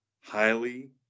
highly